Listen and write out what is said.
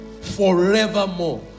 forevermore